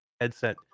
headset